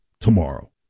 tomorrow